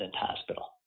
hospital